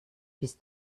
bist